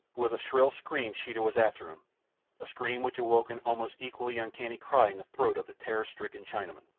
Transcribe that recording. with a shrill scream sheeta was after him a scream which awoke an almost equally uncanny cry in the throat of the terror-stricken chinaman.